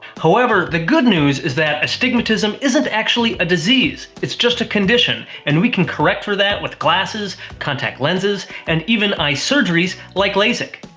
however, the good news is that astigmatism isn't actually a disease, it's just a condition, and we can correct for that with glasses, contact lenses, and even eye surgeries, like lasik.